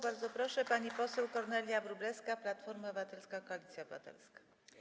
Bardzo proszę, pani poseł Kornelia Wróblewska, Platforma Obywatelska - Koalicja Obywatelska.